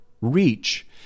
reach